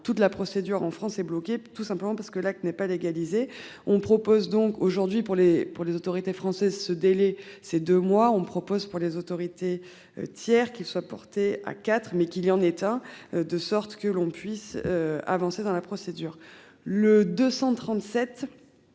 toute la procédure en France est bloqué, tout simplement parce que l'acte n'est pas légaliser. On propose donc aujourd'hui pour les pour les autorités françaises ce délai ces deux mois, on propose pour les autorités tiers qu'il soit porté à quatre mais qu'il y en état de sorte que l'on puisse avancer dans la procédure. Le 237.